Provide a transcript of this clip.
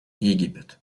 египет